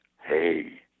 Hey